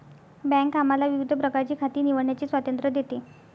bank आम्हाला विविध प्रकारची खाती निवडण्याचे स्वातंत्र्य देते